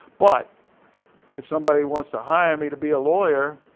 but if somebody wants to hire me to be a lawyer,